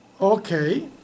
Okay